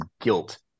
guilt